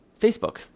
Facebook